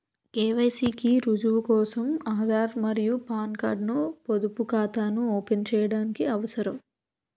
KYC కి రుజువు కోసం ఆధార్ మరియు పాన్ కార్డ్ ను పొదుపు ఖాతాను ఓపెన్ చేయడానికి అవసరం